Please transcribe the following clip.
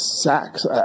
sacks